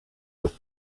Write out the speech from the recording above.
with